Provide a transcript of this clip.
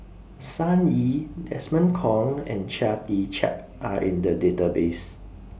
Sun Yee Desmond Kon and Chia Tee Chiak Are in The Database